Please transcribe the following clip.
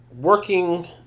working